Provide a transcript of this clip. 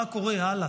מה קורה הלאה?